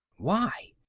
why?